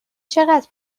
چقدر